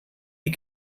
die